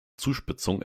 zuspitzung